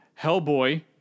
Hellboy